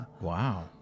Wow